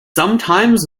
sometimes